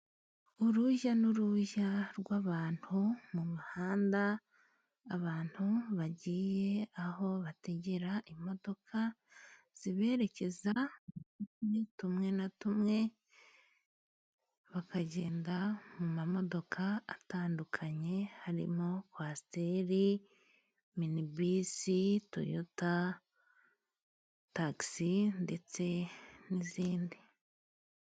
Urujya n'uruza rw'abantu mu mihanda, abantu bagiye aho bategera imodoka, ziberekeza mu turere tumwe na tumwe, bakagenda mu modoka zitandukanye harimo kwasiteri, minibisi, toyota, taxi ndetse n'izindi.